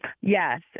Yes